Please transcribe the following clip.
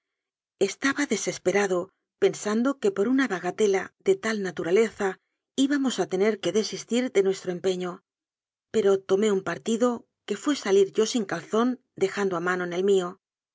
estaba desesperado pen sando que por una bagatela de tal naturaleza íba mos a tener que desistir de nuestro empeño pero tomé un partido que fué salir yo sin calzón de jando a manon el mío